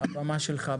הבמה שלך,